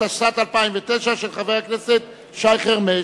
התשס"ט 2009, של חבר הכנסת שי חרמש.